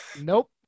Nope